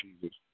Jesus